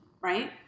right